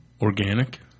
Organic